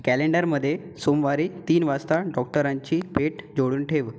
कॅलेंडरमध्ये सोमवारी तीन वाजता डॉक्टरांची भेट जोडून ठेव